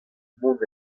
mont